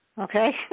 Okay